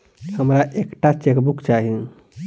हमरा एक टा चेकबुक चाहि